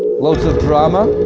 lots of drama,